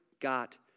got